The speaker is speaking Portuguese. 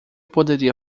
poderia